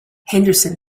henderson